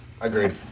Agreed